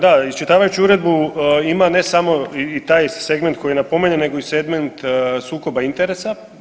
Da, iščitavajući uredbu, ima ne samo i taj segment koji napominjem, nego i segment sukoba interesa.